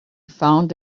found